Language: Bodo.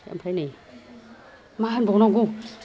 आमफ्राय नै मा होनबावनांगौ